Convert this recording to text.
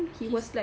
he's